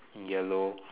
yellow